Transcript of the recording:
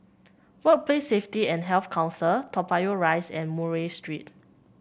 Workplace Safety and Health Council Toa Payoh Rise and Murray Street